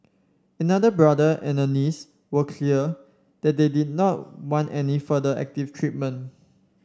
another brother and a niece were clear that they did not want any further active treatment